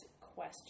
question